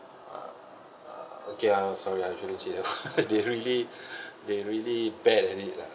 uh uh okay ah sorry I shouldn't say that one they really they really bad at it lah